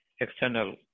external